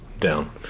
down